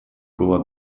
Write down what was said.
было